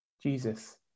Jesus